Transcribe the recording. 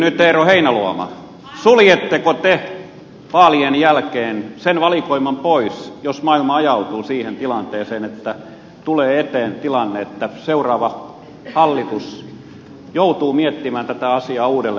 eero heinäluoma suljetteko te vaalien jälkeen sen valikoiman pois jos maailma ajautuu siihen tilanteeseen että tulee eteen tilanne että seuraava hallitus joutuu miettimään tätä asiaa uudelleen